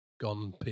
Gone